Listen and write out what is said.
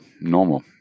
normal